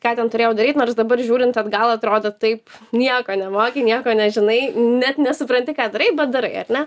ką ten turėjau daryt nors dabar žiūrint atgal atrodo taip nieko nemoki nieko nežinai net nesupranti ką darai bet darai ar ne